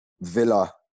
Villa